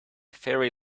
ferry